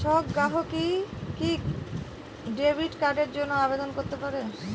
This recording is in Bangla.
সব গ্রাহকই কি ডেবিট কার্ডের জন্য আবেদন করতে পারে?